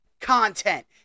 content